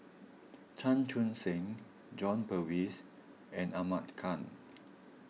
Chan Chun Sing John Purvis and Ahmad Khan